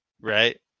right